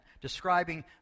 describing